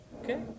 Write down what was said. okay